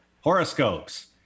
horoscopes